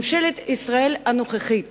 ממשלת ישראל הנוכחית